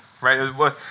right